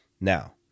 Now